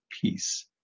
peace